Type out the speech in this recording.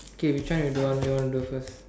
okay which one you don't want do you want to do first